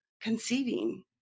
conceiving